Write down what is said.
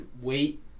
wait